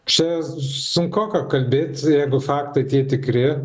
čia sunkoka kalbėti jeigu faktai tie tikri